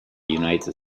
united